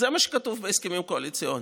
זה מה שכתוב בהסכמים הקואליציוניים.